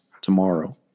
tomorrow